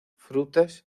frutas